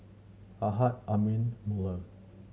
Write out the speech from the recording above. Ahad Amrin Melur